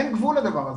אין גבול לדבר הזה.